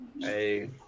hey